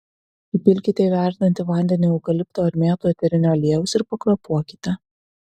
įpilkite į verdantį vandenį eukalipto ar mėtų eterinio aliejaus ir pakvėpuokite